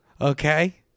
Okay